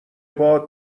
باهات